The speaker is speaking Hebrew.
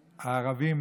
שהערבים,